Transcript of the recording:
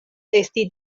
esti